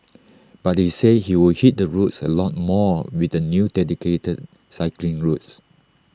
but he said he would hit the roads A lot more with the new dedicated cycling routes